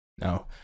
no